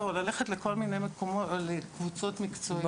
או כל מיני מקומות עם קבוצות מקצועיות.